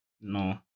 No